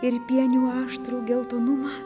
ir pienių aštrų geltonumą